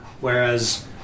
whereas